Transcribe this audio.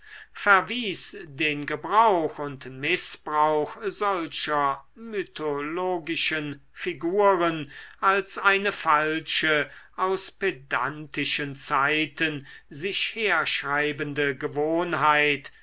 verwies den gebrauch und mißbrauch solcher mythologischen figuren als eine falsche aus pedantischen zeiten sich herschreibende gewohnheit